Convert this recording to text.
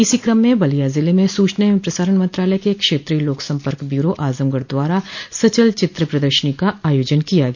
इसी क्रम में बलिया जिले में सूचना एवं प्रसारण मंत्रालय के क्षेत्रीय लोक सम्पर्क ब्यूरो आजमगढ़ द्वारा सचल चित्र प्रदर्शनी का आयोजन किया गया